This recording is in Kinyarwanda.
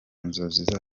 nzozi